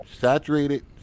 Saturated